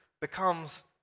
becomes